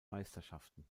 meisterschaften